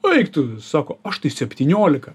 baik tu sako aš tai septyniolika